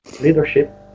leadership